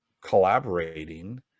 collaborating